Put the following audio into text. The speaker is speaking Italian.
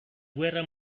guerra